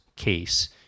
case